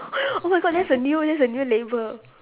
oh my god that's a new that's a new label